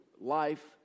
life